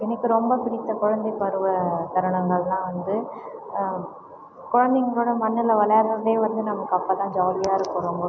எனக்கு ரொம்ப பிடித்த குழந்தைப் பருவ தருணங்கள்னா வந்து குழந்தைங்களோட மண்ணில் விளையாட்றதே வந்து நமக்கு அப்போ தான் ஜாலியாக இருக்கும் ரொம்ப